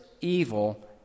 evil